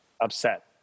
upset